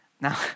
Now